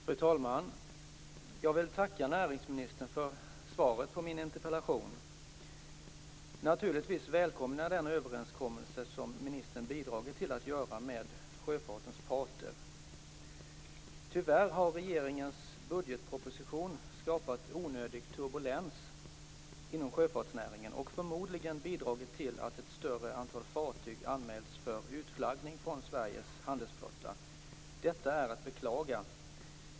Fru talman! Jag vill tacka näringsministern för svaret på min interpellation. Naturligtvis välkomnar jag den överenskommelse som ministern bidragit till att göra med sjöfartens parter. Tyvärr har regeringens budgetproposition skapat onödig turbulens inom sjöfartsnäringen och förmodligen bidragit till att ett större antal fartyg anmälts för utflaggning från Sveriges handelsflotta. Detta är att beklaga.